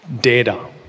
data